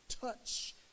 touch